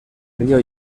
río